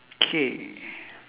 K